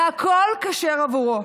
והכול כשר עבורו.